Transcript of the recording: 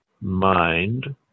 mind